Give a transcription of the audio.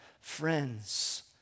Friends